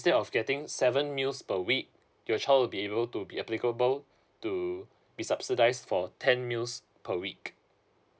instead of getting seven meals per week your child would be able to be applicable to be subsidise for ten meals per week